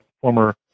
former